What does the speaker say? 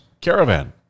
caravan